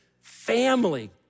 family